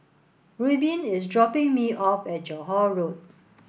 Reubin is dropping me off at Johore Road